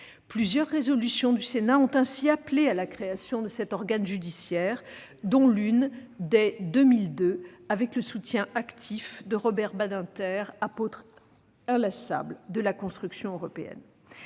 Plusieurs résolutions du Sénat ont ainsi appelé à la création de cet organe judiciaire, dont l'une dès 2002, avec le soutien actif de Robert Badinter, apôtre inlassable de la construction européenne.